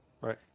Right